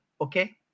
Okay